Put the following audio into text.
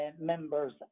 members